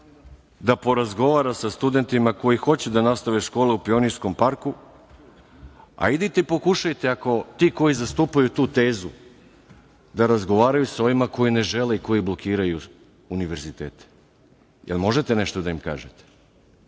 da porazgovara sa studentima koji hoće da nastave škole u Pionirskom parku, a idite, pokušajte, ako ti koji zastupaju tu tezu da razgovaraju sa ovima koji ne žele i koji blokiraju univerzitete. Jel možete nešto da im kažete?